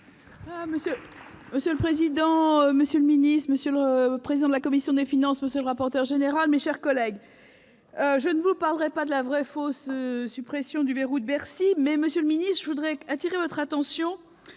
Monsieur le président, monsieur le secrétaire d'État, monsieur le président de la commission des finances, monsieur le rapporteur, mes chers collègues, je ne vous parlerai pas de la vraie-fausse suppression du « verrou de Bercy ». En revanche, je voudrais attirer votre attention